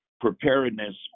preparedness